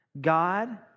God